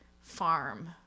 farm